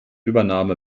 übernahme